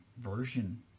version